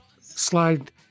slide